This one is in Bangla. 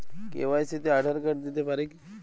কে.ওয়াই.সি তে আঁধার কার্ড দিতে পারি কি?